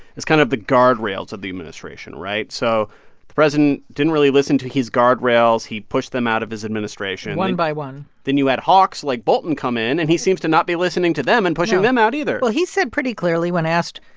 it's kind of the guardrails of the administration, right? so the president didn't really listen to his guardrails. he pushed them out of his administration one by one then you add hawks, like bolton, come in, and he seems to not be listening to them and pushing them out, either no. well, he said pretty clearly when asked,